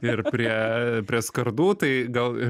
ir prie prie skardų tai gal ir